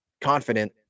confident